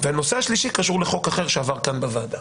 הנושא השלישי קשור לחוק אחר שעבר בוועדה.